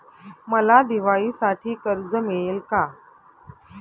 मला दिवाळीसाठी कर्ज मिळेल का?